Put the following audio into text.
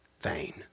vain